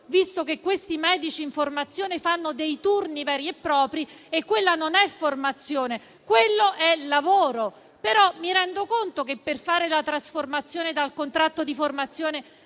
visto che questi medici in formazione fanno turni veri e propri e quella non è formazione, ma lavoro. Mi rendo conto che per trasformare un contratto di formazione